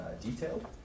detailed